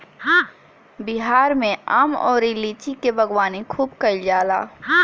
बिहार में आम अउरी लीची के बागवानी खूब कईल जाला